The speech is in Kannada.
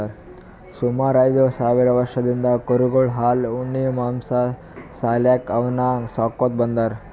ಸುಮಾರ್ ಐದ್ ಸಾವಿರ್ ವರ್ಷದಿಂದ್ ಕುರಿಗೊಳ್ ಹಾಲ್ ಉಣ್ಣಿ ಮಾಂಸಾ ಸಾಲ್ಯಾಕ್ ಅವನ್ನ್ ಸಾಕೋತ್ ಬಂದಾರ್